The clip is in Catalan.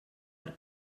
per